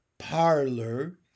parlor